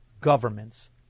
governments